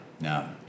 No